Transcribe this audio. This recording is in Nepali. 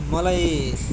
मलाई